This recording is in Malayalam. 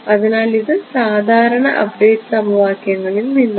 അതിനാൽ ഇത് സാധാരണ അപ്ഡേറ്റ് സമവാക്യങ്ങളിൽ നിന്നാണ്